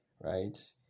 right